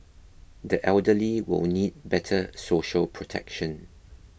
the elderly will need better social protection